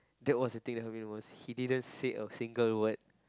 that was the thing that hurt me was he didn't say a single word